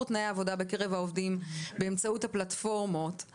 תנאי העבודה בקרב העובדים באמצעות הפלטפורמות,